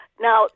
Now